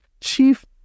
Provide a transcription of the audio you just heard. chief